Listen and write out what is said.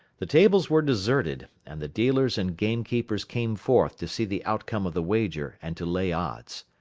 the tables were deserted, and the dealers and gamekeepers came forth to see the outcome of the wager and to lay odds.